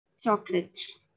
chocolates